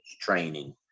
training